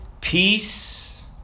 Peace